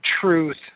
truth